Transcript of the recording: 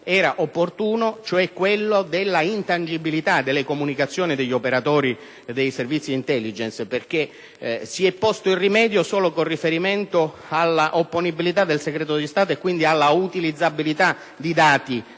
era opportuno, cioè quello della intangibilità delle comunicazioni degli operatori dei Servizi di *intelligence*. Si è previsto il rimedio solo con riferimento alla opponibilità del segreto di Stato e quindi alla utilizzabilità di dati